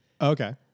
Okay